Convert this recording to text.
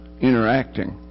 interacting